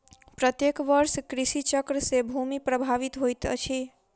प्रत्येक वर्ष कृषि चक्र से भूमि प्रभावित होइत अछि